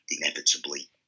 inevitably